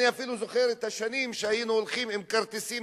אני אפילו זוכר את השנים שהיינו הולכים עם כרטיסים